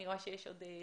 אני רואה שלבקי יש הערות.